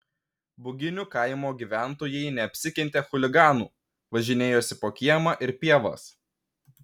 buginių kaimo gyventojai neapsikentė chuliganų važinėjosi po kiemą ir pievas